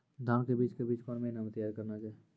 धान के बीज के बीच कौन महीना मैं तैयार करना जाए?